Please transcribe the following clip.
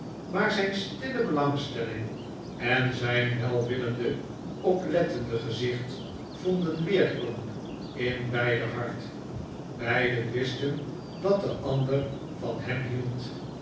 maar zijn stille belangstelling en zijn welwillende oplettende gezicht vonden weerklank in beider hart beiden wisten dat de ander van hem hield